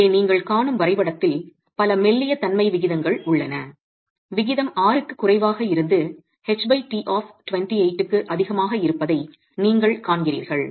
இங்கே நீங்கள் காணும் வரைபடத்தில் பல மெல்லிய தன்மை விகிதங்கள் உள்ளன விகிதம் 6 க்கு குறைவாக இருந்து ht ஆப் 28 க்கு அதிகமாக இருப்பதை நீங்கள் காண்கிறீர்கள்